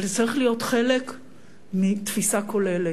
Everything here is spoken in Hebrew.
אבל זה צריך להיות חלק מתפיסה כוללת,